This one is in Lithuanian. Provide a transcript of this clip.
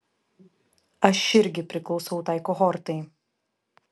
aš irgi priklausau tai kohortai